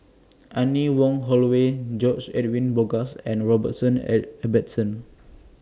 Anne Wong Holloway George Edwin Bogaars and Robrson Ibbetson